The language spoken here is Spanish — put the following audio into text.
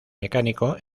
mecánico